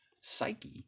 Psyche